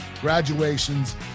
graduations